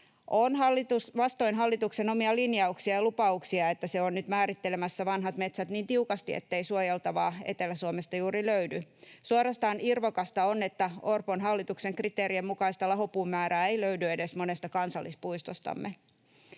On vastoin hallituksen omia linjauksia ja lupauksia, että se on nyt määrittelemässä vanhat metsät niin tiukasti, ettei suojeltavaa Etelä-Suomesta juuri löydy. Suorastaan irvokasta on, että Orpon hallituksen kriteerien mukaista lahopuun määrää ei löydy edes monesta kansallispuistostamme.